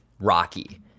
rocky